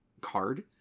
card